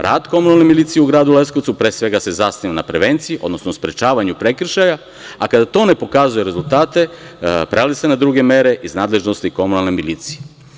Rad komunalne milicije u gradu Leskovcu pre svega se zasniva na prevenciji, odnosno sprečavanju prekršaja, a kada to ne pokazuje rezultate, prelazi se na druge mere iz nadležnosti komunalne milicije.